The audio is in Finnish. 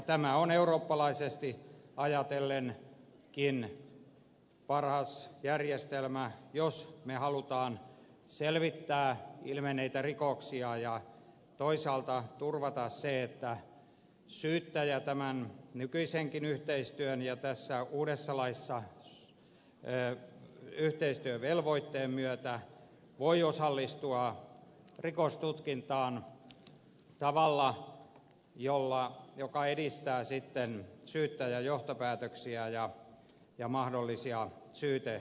tämä on eurooppalaisestikin ajatellen paras järjestelmä jos me haluamme selvittää ilmenneitä rikoksia ja toisaalta turvata sen että syyttäjä tämän nykyisenkin yhteistyön ja tässä uudessa laissa yhteistyövelvoitteen myötä voi osallistua rikostutkintaan tavalla joka edistää sitten syytäjän johtopäätöksiä ja mahdollisia syyteratkaisuja